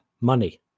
money